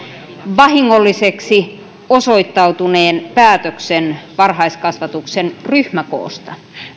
vahingolliseksi osoittautuneen päätöksen varhaiskasvatuksen ryhmäkoosta